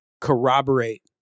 corroborate